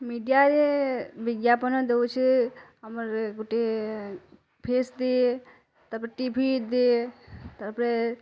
media ଯେ ବିଜ୍ଞାପନ ଦଉଛି ଆମର ଏ ଗୁଟେ ଫେସ୍ ଦିଏ ତା'ପରେ ଟିଭି ଦିଏ ତା'ପରେ